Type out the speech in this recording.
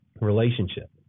relationship